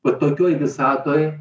va tokioj visatoj